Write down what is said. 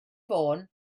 fôn